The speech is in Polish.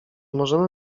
możemy